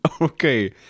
Okay